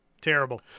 Terrible